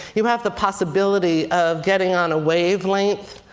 you have the possibility of getting on a wavelength.